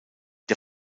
der